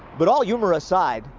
but all humor aside,